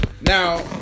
Now